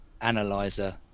analyzer